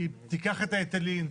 היא תיקח את ההיטלים,